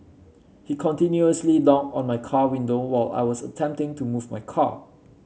he continuously knocked on my car window while I was attempting to move my car